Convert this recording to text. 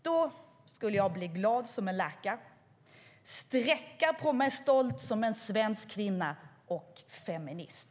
Då skulle jag bli glad som en lärka och sträcka på mig stolt som svensk kvinna och feminist!